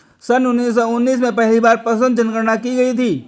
सन उन्नीस सौ उन्नीस में पहली बार पशुधन जनगणना की गई थी